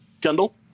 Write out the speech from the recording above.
Kendall